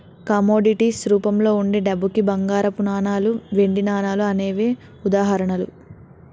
commodities రూపంలో వుండే డబ్బుకి బంగారపు నాణాలు, వెండి నాణాలు అనేవే ఉదాహరణలు